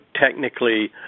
technically